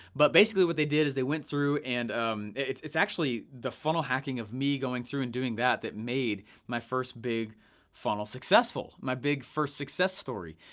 but basically what they did is they went through, through, and um it's it's actually the funnel hacking of me going through and doing that, that made my first big funnel successful, my big first success story.